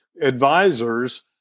advisors